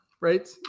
right